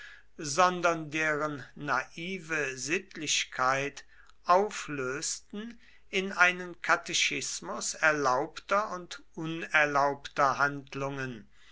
sondern deren naive sittlichkeit auflösten in einen katechismus erlaubter und unerlaubter handlungen